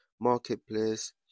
marketplace